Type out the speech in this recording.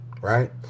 right